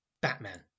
Batman